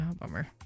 bummer